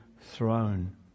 throne